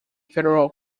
federal